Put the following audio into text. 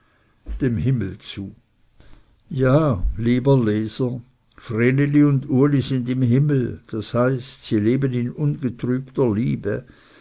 dem himmel zu ja lieber leser vreneli und uli sind im himmel das heißt sie leben in ungetrübter liebe